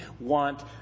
want